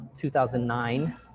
2009